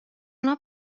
اونا